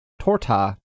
Torta